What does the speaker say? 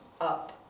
up